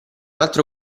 altro